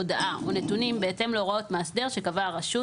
הודעה או נתונים בהתאם להוראות מאסדר שקבעה הרשות,